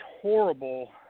horrible